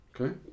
Okay